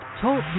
Talk